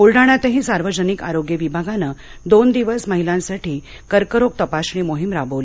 बुलडाण्यातही सार्वजनिक आरोग्य विभागानं दोन दिवस महिलांसाठी कर्करोग तपासणी मोहीम राबवली